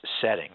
setting